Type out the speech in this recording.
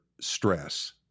stress